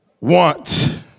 want